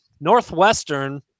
Northwestern